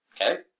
Okay